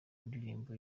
ndirimbo